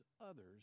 others